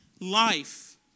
life